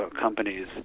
companies